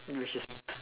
no she's